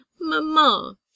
Mamma